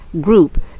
group